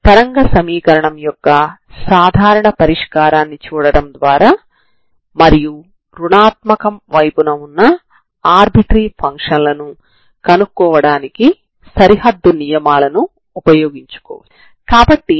ఈ సమీకరణాన్ని సమాకలనం చేయడం ద్వారా మనం u2 ని కనుగొంటాము